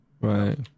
Right